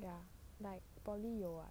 ya like poly 有 [what]